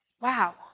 Wow